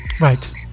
Right